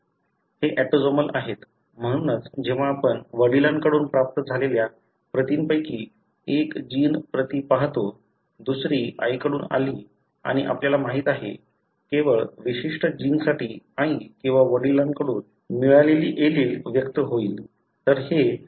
हे ऑटोसोमल आहेत म्हणूनच जेव्हा आपण वडिलांकडून प्राप्त झालेल्या प्रतींपैकी एक जीन प्रती पाहतो दुसरी आईकडून आली आणि आपल्याला माहित आहे केवळ विशिष्ट जीन्ससाठी आई किंवा वडिलांकडून मिळालेली एलील व्यक्त होईल